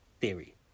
theory